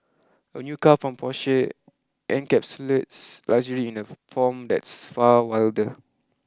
a new car from Porsche encapsulates luxury in a form that's far wilder